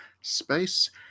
space